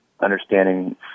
Understanding